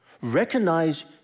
Recognize